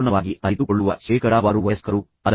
ಎಲ್ಲರಿಗೂ ಸೂಕ್ತವಾದ ಪರಿಹಾರವನ್ನು ಆಯ್ಕೆ ಮಾಡಿಕೊಳ್ಳುವುದು